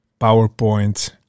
PowerPoint